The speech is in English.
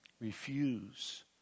Refuse